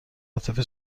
عاطفی